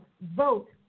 vote